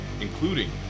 including